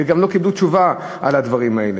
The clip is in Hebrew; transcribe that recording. והם גם לא קיבלו תשובה על הדברים האלה.